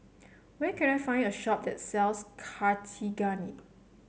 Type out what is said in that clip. where can I find a shop that sells Cartigain